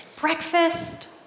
breakfast